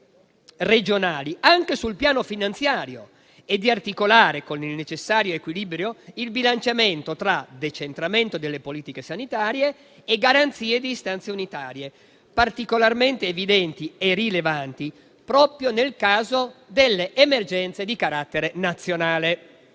regionali anche sul piano finanziario e di articolare con il necessario equilibrio il bilanciamento tra decentramento delle politiche sanitarie e garanzie di istanze unitarie, particolarmente evidenti e rilevanti proprio nel caso delle emergenze di carattere nazionale.